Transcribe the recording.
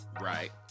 Right